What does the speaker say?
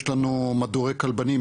יש לנו מדורי כלבנים,